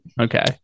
Okay